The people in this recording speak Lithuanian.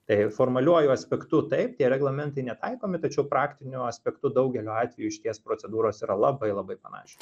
tai formaliuoju aspektu taip tie reglamentai netaikomi tačiau praktiniu aspektu daugeliu atveju išties procedūros yra labai labai panašios